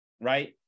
right